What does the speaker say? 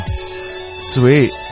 sweet